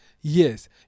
Yes